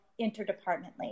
interdepartmentally